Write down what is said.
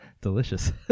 delicious